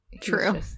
True